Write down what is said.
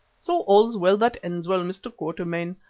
so all's well that ends well, mr. quatermain,